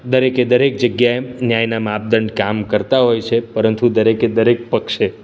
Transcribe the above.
દરેકે દરેક જગ્યાએ ન્યાયના માપદંડ કામ કરતા હોય છે પરંતુ દરેકે દરેક પક્ષે